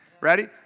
Ready